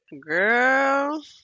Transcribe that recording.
girl